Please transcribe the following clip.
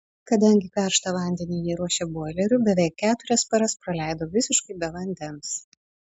kadangi karštą vandenį jie ruošia boileriu beveik keturias paras praleido visiškai be vandens